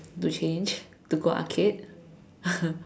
to change to go arcade